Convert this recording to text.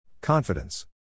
Confidence